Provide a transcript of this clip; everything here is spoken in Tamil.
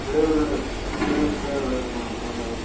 ஃப்ளேவரோடு ஃப்ளேவர் ஃப்ளேவரோடு வேணும் அதுதாங்க